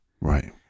Right